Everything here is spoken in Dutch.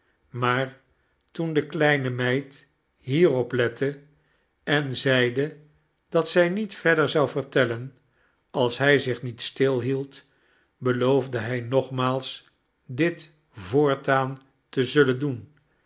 maar toen de kleine meid hierop lette en zeide dat zij niet verder zou vertellen als hij zich niet stilhield beloofde hij nogmaals dit voortaan te zullen doen